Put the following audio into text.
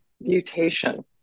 mutation